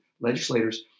legislators